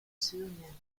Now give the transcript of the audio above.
syrien